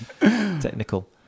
technical